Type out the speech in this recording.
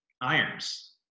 irons